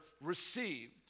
received